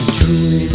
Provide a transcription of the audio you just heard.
Truly